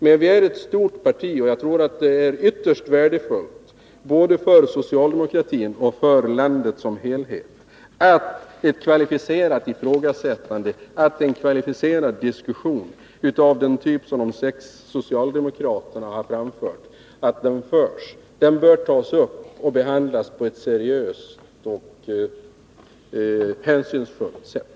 Men vi är ett stort parti, och jag tror att det är ytterst värdefullt både för socialdemokratin och för landet som helhet med ett kvalificerat ifrågasättande av den typ som de sex socialdemokraterna framfört och med en sådan kvalificerad diskussion. Den bör tas upp och behandlas på ett seriöst och hänsynsfullt sätt.